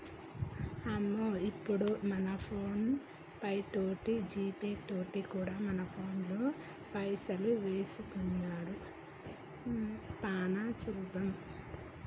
అయ్యో ఇప్పుడు మనం ఫోన్ పే తోటి జీపే తోటి కూడా మన ఫోన్లో పైసలు వేసుకునిడు సానా సులభం